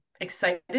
excited